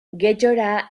getxora